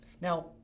now